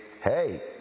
hey